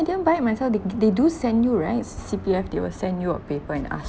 I didn't buy it myself they they do send you right C~ C_P_F they will send you a paper and ask